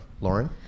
Lauren